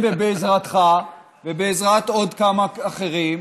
בעזרת השם ובעזרתך, ובעזרת עוד כמה אחרים.